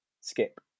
skip